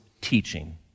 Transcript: teaching